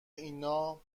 اینا